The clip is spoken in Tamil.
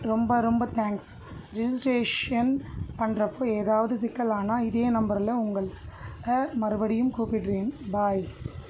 ரொம்ப ரொம்ப தேங்க்ஸ் ரிஜிஸ்ட்ரேஷன் பண்ணுறப்ப ஏதாவது சிக்கலானா இதே நம்பரில் உங்களை மறுபடியும் கூப்பிடுறேன் பாய்